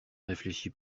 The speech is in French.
réfléchit